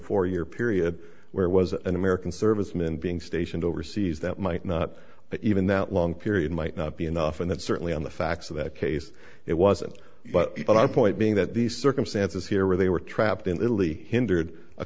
four year period where was an american servicemen being stationed overseas that might not even that long period might not be enough and that certainly on the facts of that case it wasn't but i point being that the circumstances here where they were trapped in italy hindered a